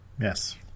Yes